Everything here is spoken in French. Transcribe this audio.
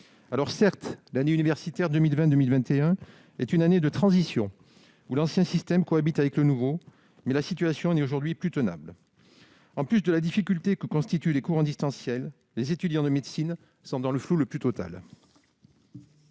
Certes, l'année universitaire 2020-2021 est une année de transition où l'ancien système cohabite avec le nouveau, mais la situation n'est aujourd'hui plus tenable. En plus de la difficulté que constituent les cours en distanciel, les étudiants en médecine sont dans le flou le plus total.